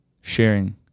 sharing